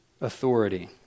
authority